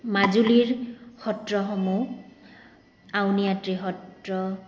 মাজুলীৰ সত্ৰসমূহ আউনিয়াতি সত্ৰ